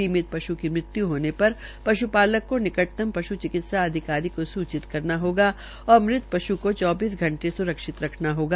बीमित पश् की मृत्यू होने पर पश्पालक को निकटतम पश् चिकित्सा अधिकारी को सूचित करना होगा और मृत पश् का चौबीस घंटे स्रक्षित रखना होगा